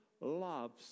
loves